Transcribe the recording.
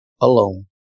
alone